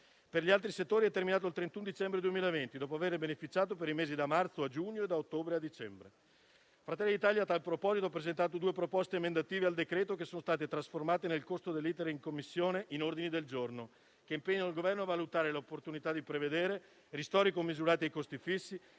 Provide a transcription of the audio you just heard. Per gli altri settori è terminato il 31 dicembre 2020, dopo averne beneficiato per i mesi da marzo a giugno e da ottobre a dicembre. Fratelli dall'Italia a tal proposito ha presentato due proposte emendative al decreto-legge, che sono state trasformate, nel corso dell'*iter* in Commissione, in ordini del giorno, che impegnano il Governo a valutare l'opportunità di prevedere ristori commisurati ai costi fissi